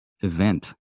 event